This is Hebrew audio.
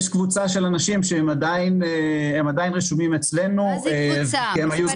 יש קבוצה שהם עדיין רשומים אצלנו כי הם היו זכאים